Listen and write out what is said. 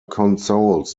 consoles